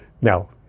Now